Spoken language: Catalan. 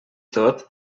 tot